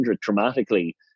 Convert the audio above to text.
dramatically